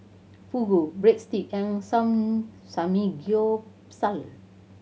Fugu Breadstick and Samgeyopsal